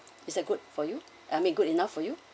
it's that good for you I mean good enough for you